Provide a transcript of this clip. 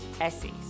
essays